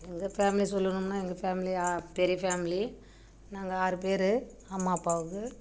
எங்கள் பேம்லி சொல்லணும்னா எங்கள் ஃபேம்லி பெரிய ஃபேம்லி நாங்கள் ஆறு பேர் அம்மா அப்பாவுக்கு